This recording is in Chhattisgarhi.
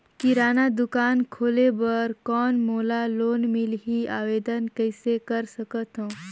किराना दुकान खोले बर कौन मोला लोन मिलही? आवेदन कइसे कर सकथव?